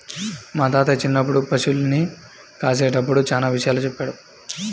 మా తాత చిన్నప్పుడు పశుల్ని కాసేటప్పుడు చానా విషయాలు చెప్పాడు